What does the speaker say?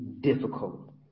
difficult